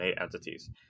entities